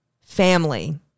family